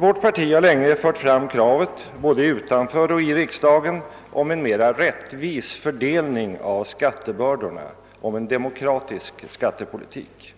Vårt parti har länge rest kravet — både utanför och i riksdagen — om en mera rättvis fördelning av skattebördorna, om en demokratisk skattepolitik.